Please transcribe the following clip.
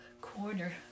corner